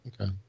okay